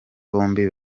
bombi